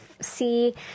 see